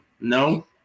no